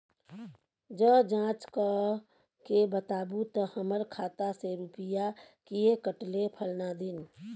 ज जॉंच कअ के बताबू त हमर खाता से रुपिया किये कटले फलना दिन?